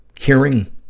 hearing